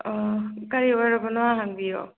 ꯀꯔꯤ ꯑꯣꯏꯔꯕꯅꯣ ꯍꯪꯕꯤꯌꯣ